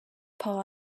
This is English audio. paw